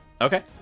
Okay